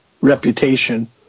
reputation